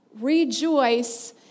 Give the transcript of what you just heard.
rejoice